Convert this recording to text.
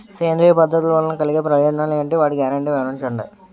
సేంద్రీయ పద్ధతుల వలన కలిగే ప్రయోజనాలు ఎంటి? వాటి గ్యారంటీ వివరించండి?